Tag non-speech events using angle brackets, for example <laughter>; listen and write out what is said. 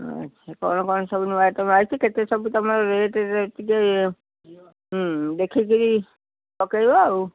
ଆଚ୍ଛା କ'ଣ କ'ଣ ସବୁ ନୂଆ ଆଇଟମ୍ ଆଇଛି କେତେ ସବୁ ତମ ରେଟ୍ ଟିକେ <unintelligible> ହୁଁ ଦେଖିକିରି ପକେଇବ ଆଉ